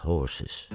Horses